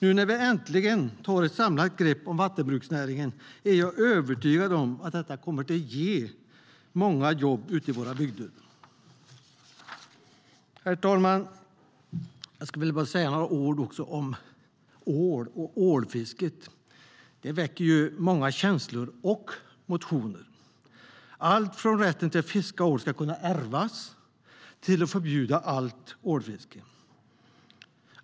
Nu när vi äntligen tar ett samlat grepp om vattenbruksnäringen är jag övertygad om att det kommer att leda till många jobb ute i våra bygder. Herr talman! Jag vill också säga några ord om ål och ålfisket. Det väcker många känslor och motioner om alltifrån att rätten att fiska ål ska kunna ärvas till att förbjuda allt ålfiske.